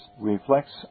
reflects